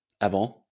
avant